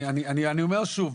אני אומר שוב.